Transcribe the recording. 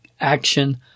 action